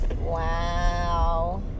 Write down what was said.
Wow